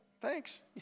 thanks